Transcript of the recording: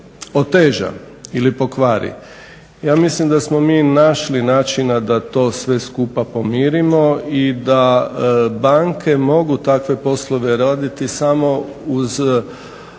oteža ili pokvari. Ja mislim da smo mi našli načina da to sve skupa pomirimo i da banke mogu takve poslove raditi samo uz jedno